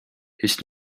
his